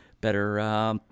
better